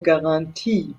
garantie